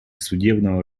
судебного